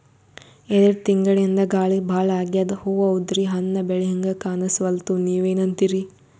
ಎರೆಡ್ ತಿಂಗಳಿಂದ ಗಾಳಿ ಭಾಳ ಆಗ್ಯಾದ, ಹೂವ ಉದ್ರಿ ಹಣ್ಣ ಬೆಳಿಹಂಗ ಕಾಣಸ್ವಲ್ತು, ನೀವೆನಂತಿರಿ?